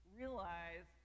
realize